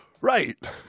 right